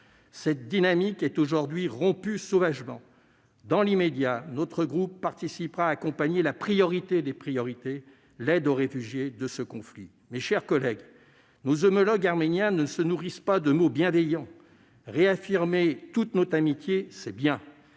Cette dynamique est aujourd'hui rompue sauvagement. Dans l'immédiat, notre groupe contribuera à accompagner la priorité des priorités : l'aide aux réfugiés de ce conflit. Mes chers collègues, nos homologues arméniens ne se nourrissent pas de mots bienveillants :« réaffirmer toute notre amitié », c'est bien